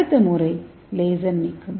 அடுத்த முறை லேசர் நீக்கம்